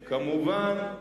כמובן,